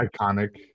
iconic